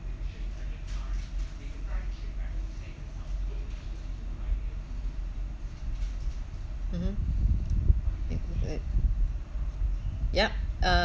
mmhmm it it yup